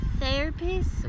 therapist